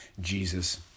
Jesus